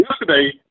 yesterday